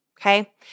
Okay